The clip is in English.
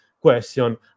question